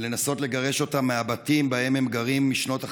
ולנסות לגרש אותם מהבתים שבהם הם גרים משנות החמישים.